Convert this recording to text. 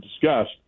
discussed